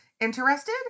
Interested